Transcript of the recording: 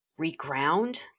reground